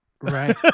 Right